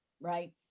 right